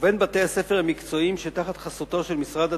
ובין בתי-הספר המקצועיים שתחת חסותו של משרד התעשייה,